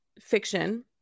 fiction